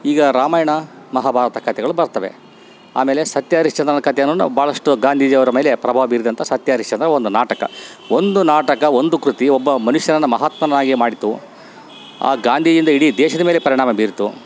ಈಗ ರಾಮಾಯಣ ಮಹಾಭಾರತ ಕತೆಗಳು ಬರ್ತವೆ ಆಮೇಲೆ ಸತ್ಯಹರಿಶ್ಚಂದ್ರನ ಕತೆಯನ್ನು ನಾವು ಭಾಳಷ್ಟು ಗಾಂಧೀಜಿಯವ್ರ ಮೇಲೆ ಪ್ರಭಾವ ಬೀರಿದಂಥ ಸತ್ಯಹರಿಶ್ಚಂದ್ರ ಒಂದು ನಾಟಕ ಒಂದು ನಾಟಕ ಒಂದು ಕೃತಿ ಒಬ್ಬ ಮನುಷ್ಯನನ್ನು ಮಹಾತ್ಮನಾಗಿ ಮಾಡಿತು ಆ ಗಾಂಧೀಜಿಯಿಂದ ಇಡೀ ದೇಶದ ಮೇಲೆ ಪರಿಣಾಮ ಬೀರಿತು